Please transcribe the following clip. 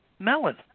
Melon